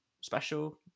special